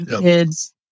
kids